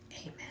Amen